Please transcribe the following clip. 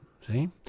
See